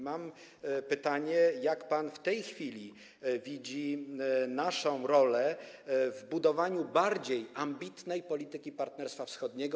Mam pytanie: Jak pan w tej chwili widzi naszą rolą w budowaniu bardziej ambitnej polityki Partnerstwa Wschodniego?